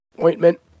ointment